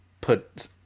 put